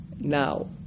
Now